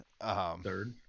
third